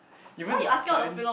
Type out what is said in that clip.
even science